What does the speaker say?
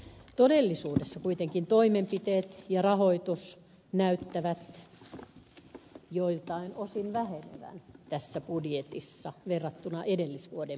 todellisuudessa kuitenkin toimenpiteet ja rahoitus näyttävät joiltain osin vähenevän tässä budjetissa verrattuna edellisvuoden budjettiin